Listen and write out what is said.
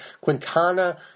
Quintana